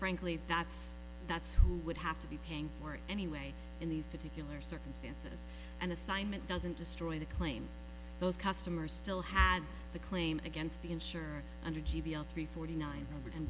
frankly that's that's who would have to be paying for it anyway in these particular circumstances and assignment doesn't destroy the claim those customers still have a claim against the insured under g p l three forty nine